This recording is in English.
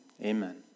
amen